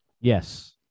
Yes